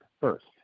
first